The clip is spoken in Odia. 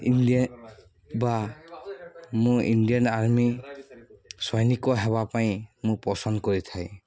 ଇଣ୍ଡିଆ ବା ମୁଁ ଇଣ୍ଡିଆନ୍ ଆର୍ମି ସୈନିକ ହେବା ପାଇଁ ମୁଁ ପସନ୍ଦ କରିଥାଏ